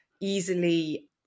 easily